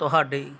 ਤੁਹਾਡੇ